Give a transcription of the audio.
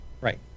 Right